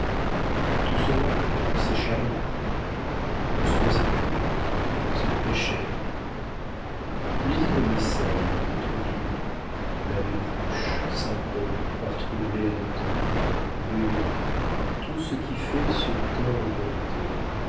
tout cela c'est charmant tout cela c'est horrible c'est le péché lisez nos missels notre bible l'abbé pluche saint paul par trublet annoté veuillot tout ce qui fait sur terre autorité